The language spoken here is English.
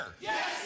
Yes